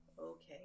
Okay